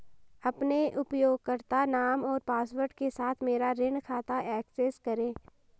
अपने उपयोगकर्ता नाम और पासवर्ड के साथ मेरा ऋण खाता एक्सेस करें